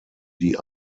die